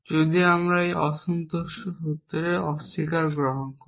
যদি আমি একটি সন্তোষজনক সূত্রের অস্বীকার গ্রহণ করি